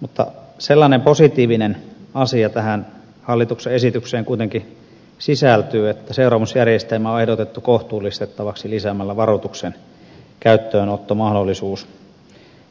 mutta sellainen positiivinen asia tähän hallituksen esitykseen kuitenkin sisältyy että seuraamusjärjestelmä on ehdotettu kohtuullistettavaksi lisäämällä varoituksen käyttöönottomahdollisuus